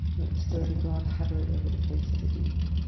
that the spirit of god hovered over the face of the deep.